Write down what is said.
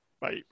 bye